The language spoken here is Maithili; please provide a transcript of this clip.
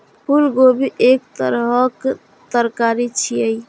फूलगोभी एक तरहक तरकारी छियै